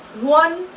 one